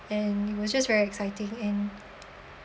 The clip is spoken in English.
and it was just very exciting and